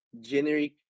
generic